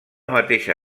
mateixa